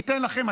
ייתן לכם,